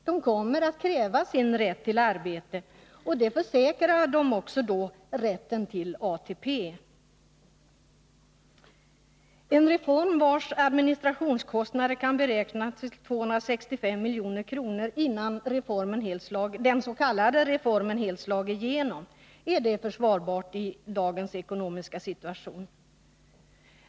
De kommer att kräva sin rätt till arbete, och det försäkrar dem då också rätten till ATP. En reform vars administrationskostnader kan beräknas till 265 milj.kr. innan den s.k. reformen helt har slagit igenom, är den försvarbar i dagens ekonomiska situation?